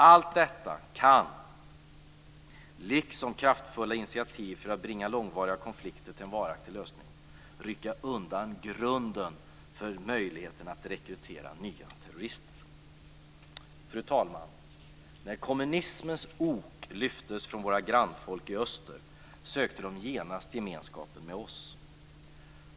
Allt detta, liksom kraftfulla initiativ för att bringa långvariga konflikter till en varaktig lösning, kan rycka undan grunden för möjligheterna att rekrytera nya terrorister. Fru talman! När kommunismens ok lyftes från våra grannfolk i öster sökte de genast gemenskapen med oss.